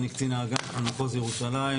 אני קצין האג"מ במחוז ירושלים.